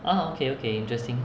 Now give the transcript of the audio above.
oh okay okay interesting